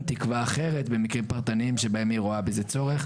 תקבע אחרת במקרים פרטניים שבהם היא רואה בזה צורך.